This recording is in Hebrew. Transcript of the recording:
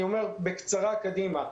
אני מדבר בקצרה על מה שיקרה קדימה.